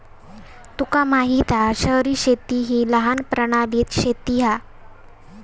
तुका माहित हा शहरी शेती हि लहान प्रमाणातली शेती हा